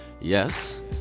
Yes